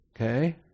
Okay